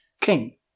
King